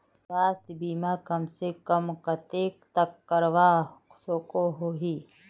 स्वास्थ्य बीमा कम से कम कतेक तक करवा सकोहो ही?